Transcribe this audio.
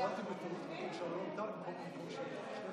הצבעתי בטעות מהמקום של אלון טל ולא מהמקום שלי.